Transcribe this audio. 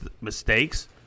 mistakes